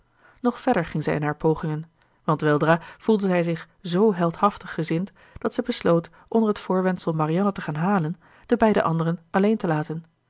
nog verder ging zij in haar pogingen want weldra voelde zij zich z heldhaftig gezind dat zij besloot onder het voorwendsel marianne te gaan halen de beide anderen alleen te laten